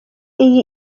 iyi